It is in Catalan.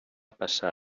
passar